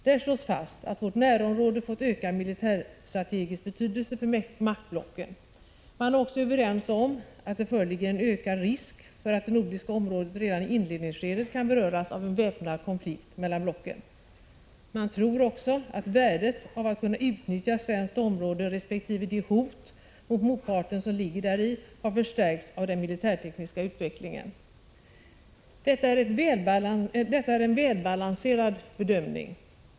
Där slås fast, att vårt närområde har fått ökad militärstrategisk betydelse för maktblocken. Man är också överens om, att det föreligger en ökad risk för att det nordiska området redan i inledningsskedet kan beröras av en väpnad konflikt mellan blocken. Man tror också, att värdet av att kunna utnyttja svenskt område resp. de hot mot motparten som ligger däri har förstärkts av den militärtekniska utvecklingen. Detta är en välbalanserad bedömning.